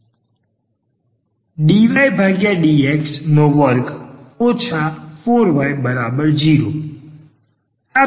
dydx2 4y0 આ તેનો સામાન્ય ઉકેલ છે